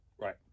Right